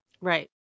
Right